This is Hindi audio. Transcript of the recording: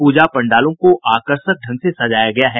पूजा पंडालों को आकर्षक ढंग से सजाया गया है